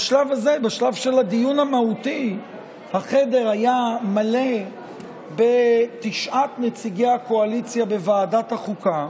בשלב של הדיון המהותי החדר היה מלא בתשעת נציגי הקואליציה בוועדת החוקה